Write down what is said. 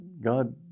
God